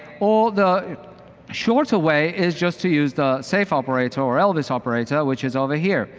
or the shorter way is just to use the safe operator or elvis operator, which is over here.